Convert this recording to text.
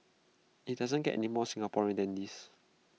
IT doesn't get any more Singaporean than this